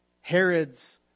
Herod's